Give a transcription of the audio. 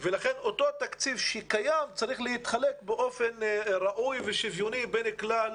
ולכן אותו תקציב שקיים צריך להתחלק באופן ראוי ושוויוני בין כלל